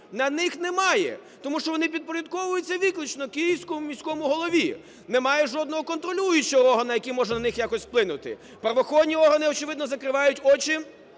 на них немає, тому що вони підпорядковуються виключно Київському міському голові. Немає жодного контролюючого органу, який може на них якось вплинути. Правоохоронні органи, очевидно, закривають очі,